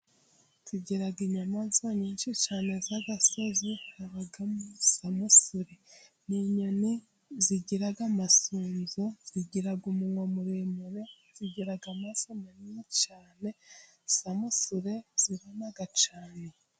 Tugira inyamaswa nyinshi cyane z'agasozi habamo: Samusure ni; inyoni zigira amasunzu, zigira umunwa muremure, zigira amaso manini cyane. Samusure zirona cyane.